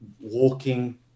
walking